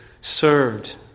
served